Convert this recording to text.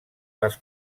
les